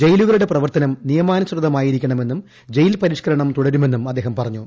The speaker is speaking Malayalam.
ജയ്യിലുകളുടെ പ്രവർത്തനം നിയമാസൃതമായിരിക്കണമെന്നും ജയിൽ പ്രിഷ്കരണം തുടരുമെന്നും അദ്ദേഹം പറഞ്ഞു